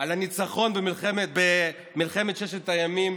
על הניצחון במלחמת ששת הימים